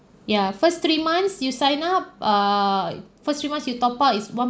ya first three months you sign up err first three months you top up is one